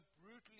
brutally